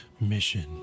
Mission